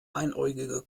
einäugige